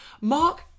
Mark